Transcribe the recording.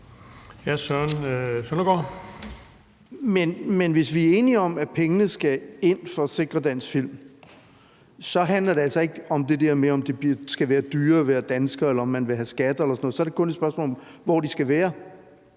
Men hvis vi er enige om, at pengene skal ind for at sikre dansk film, så handler det altså ikke om det der med, om det skal være dyrere at være dansker, eller om man vil have skatter eller sådan noget; så er det kun et spørgsmål om, hvor de skal være.